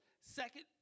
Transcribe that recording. Second